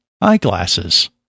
eyeglasses